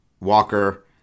Walker